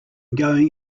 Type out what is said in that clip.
going